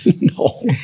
No